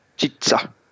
Pizza